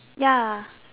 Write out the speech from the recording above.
ya